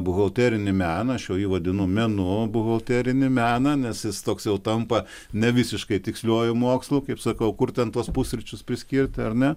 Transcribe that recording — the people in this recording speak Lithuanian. buhalterinį meną aš jau jį vadinu menu buhalterinį meną nes jis toks jau tampa ne visiškai tiksliuoju mokslu kaip sakau kur ten tuos pusryčius priskirti ar ne